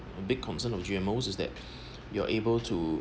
a big concern of G_M_O is that you're able to